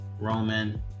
roman